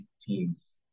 teams